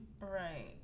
Right